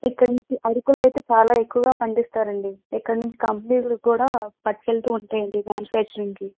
ఇక్కడ నుంచి అరకులో అయితే చాలా ఎక్కువగా పండిస్తారండి ఇక్కడ నుంచి కంపెనీలకి కూడా పట్టికెళ్తూ ఉంటాయండి మ్యానుఫ్యాక్చరింగ్కి